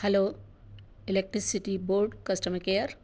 hello electricity board customer care